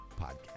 podcast